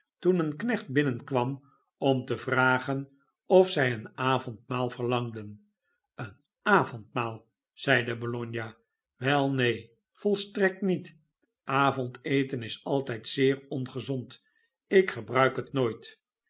toen een knecht binnenkwam om te vragen of zij een avondmaal verlangden een avondmaal zeide bologna welneen volstrekt niet avondeten is altijd zeerongezond ik gebruik het nooit